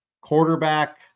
quarterback